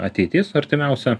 ateitis artimiausia